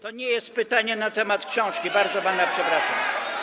To nie jest pytanie na temat książki, bardzo pana przepraszam.